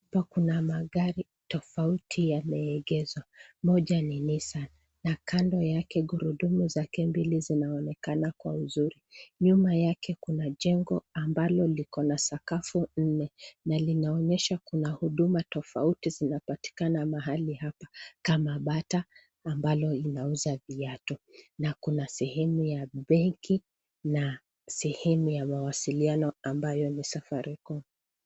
Hapa kuna magari tofauti yameegezwa, moja ni nissan. Na kando yake gurudumu zake mbili zinaonekana kwa uzuri. Nyuma yake kuna jengo ambalo liko na sakafu nne, na linaonyesha kuna huduma tofauti zinapatikana mahali hapa. Kama bata, ambalo linauza viatu, na kuna sehemu ya benki, na sehemu ya mawasiliano ambayo ni Safaricom.